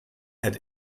had